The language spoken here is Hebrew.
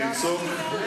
קיצצת 6